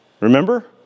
Remember